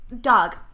dog